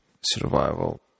Survival